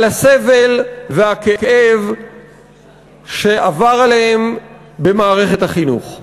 על הסבל והכאב שעבר עליהם במערכת החינוך.